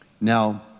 now